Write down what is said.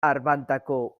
arbantako